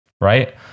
right